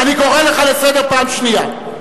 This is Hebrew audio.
אני קורא לך לסדר פעם שנייה.